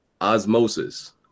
Osmosis